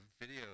video